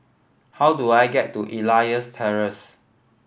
how do I get to Elias Terrace